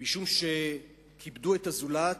משום שכיבדו את הזולת